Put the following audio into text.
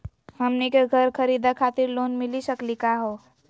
हमनी के घर खरीदै खातिर लोन मिली सकली का हो?